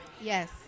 Yes